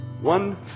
one